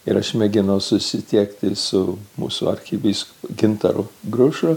ir aš mėginau susisiekti su mūsų arkivyskupu gintaru grušu